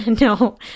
No